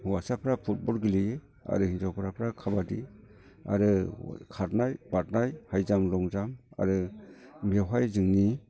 हौवासाफ्रा football गेलेयो आरो हिनजावसाफ्रा खाबादि आरो खारनाय बारनाय हाइजाम्प लंजाम्प आरो बेवहाय जोंनि